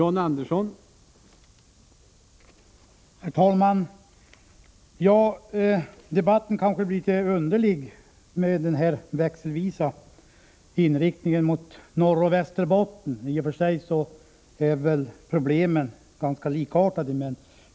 Herr talman! Debatten kanske blir litet underlig med denna växelvisa inriktning mot Norrbotten och Västerbotten. I och för sig är problemen likartade.